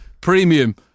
Premium